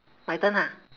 my turn ah